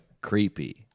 creepy